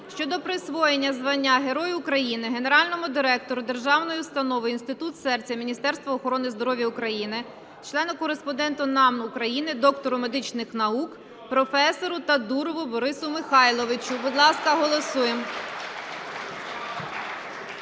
щодо присвоєння звання Герой України генеральному директору державної установи "Інститут серця Міністерства охорони здоров'я України", члену-кореспонденту НАМН України, доктору медичних наук, професору Тодурову Борису Михайловичу. Будь ласка, голосуємо.